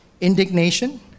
indignation